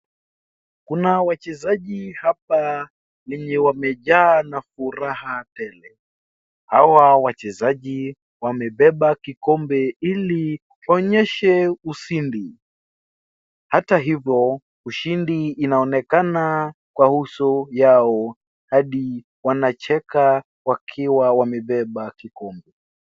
Kuna wachezaji hapa wenye wamejaa na furaha tele. Hawa wachezaji wamebeba kikombe ili uonyeshe ushindi. Hata hivyo, ushindi inaonekana kwa uso yao hadi wanacheka wakiwa wamebeba kikombe.